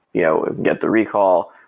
yeah we get the recall.